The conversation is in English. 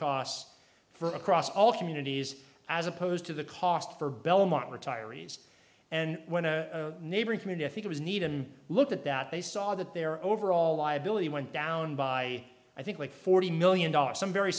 costs for across all communities as opposed to the cost for belmont retirees and when a neighboring community think it was needed and looked at that they saw that their overall liability went down by i think like forty million dollars some very